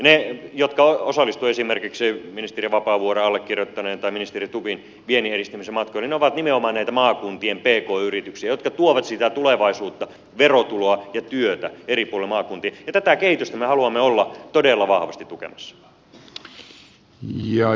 ne jotka osallistuvat esimerkiksi ministeri vapaavuoren allekirjoittaneen tai ministeri stubbin vienninedistämismatkoille ovat nimenomaan näitä maakuntien pk yrityksiä jotka tuovat sitä tulevaisuutta verotuloa ja työtä eri puolilla maakuntia ja tätä kehitystä me haluamme olla todella vahvasti tukemassa